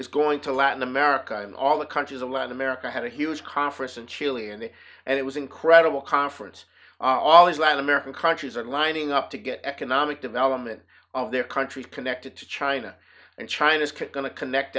it's going to latin america and all the countries in latin america had a huge conference in chile and and it was incredible conference all these latin american countries are lining up to get economic development of their country connected to china and china is going to connect